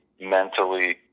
mentally